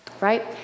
Right